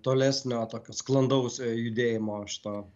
tolesnio tokio sklandaus judėjimo šita